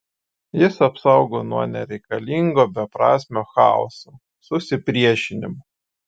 jis apsaugo nuo nereikalingo beprasmio chaoso susipriešinimo